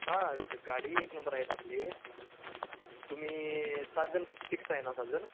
हां गाडी एक नंबर आहेत आपली तुम्ही सात जण फ फिक्स आहे ना सात जण